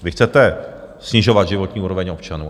Vy chcete snižovat životní úroveň občanů.